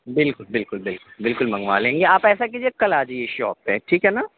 بالکل بالکل بالکل بالکل منگوا لیں گے آپ ایسا کیجیے کل آ جائیے شاپ پہ ٹھیک ہے نا